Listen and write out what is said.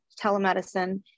telemedicine